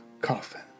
coffin